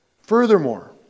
Furthermore